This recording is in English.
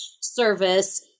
service